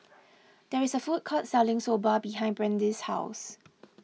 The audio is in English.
there is a food court selling Soba behind Brandee's house